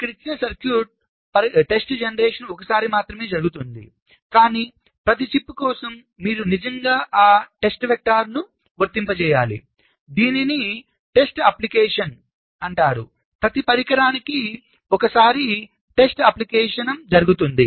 ఇప్పుడు ఇచ్చిన సర్క్యూట్ పరీక్ష తరం ఒక్కసారి మాత్రమే జరుగుతుంది కానీ ప్రతి చిప్ కోసం మీరు నిజంగా ఆ పరీక్ష వెక్టర్లను వర్తింపజేయాలి దీనిని పరీక్ష అనువర్తనం అంటారుప్రతి పరికరానికి ఒకసారి పరీక్ష అనువర్తనం జరుగుతుంది